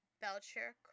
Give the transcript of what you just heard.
Belcher